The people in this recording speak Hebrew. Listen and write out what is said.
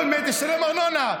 כל מת ישלם ארנונה.